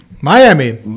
Miami